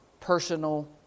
personal